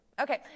Okay